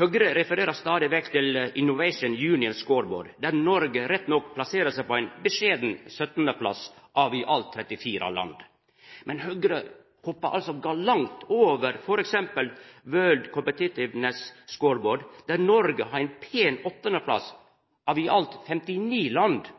Høgre refererer stadig vekk til Innovation Union Scoreboard, der Noreg rett nok plasserer seg på ein beskjeden 17. plass av i alt 34 land. Men Høgre hoppa galant over f.eks. World Competitiveness Scoreboard, der Noreg har ein pen 8. plass av i alt 59 land,